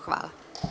Hvala.